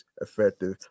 effective